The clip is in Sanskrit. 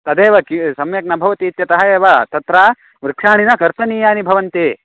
तदेव किं सम्यक् न भवति इत्यतः एव तत्र वृक्षाणि न कर्तनीयानि भवन्ति